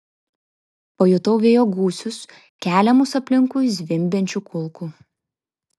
pajutau vėjo gūsius keliamus aplinkui zvimbiančių kulkų